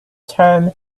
term